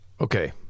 okay